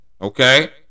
Okay